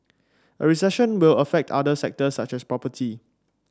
a recession will affect other sectors such as property